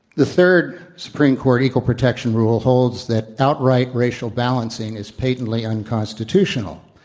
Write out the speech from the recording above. the third supreme court equal protection rule holds that outright racial balancing is patently unconstitutional.